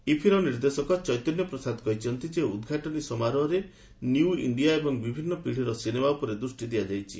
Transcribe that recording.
ଇଫିର ନିର୍ଦ୍ଦେଶକ ଚେତନ୍ୟ ପ୍ରସାଦ କହିଛନ୍ତି ଯେ ଉଦ୍ଘାଟନୀ ସମାରୋହରେ ନିଉ ଇଣ୍ଡିଆ ଏବଂ ବିଭିନ୍ନ ପିଢ଼ିର ସିନେମା ଉପରେ ଦୃଷ୍ଟି ଦିଆଯାଇଛି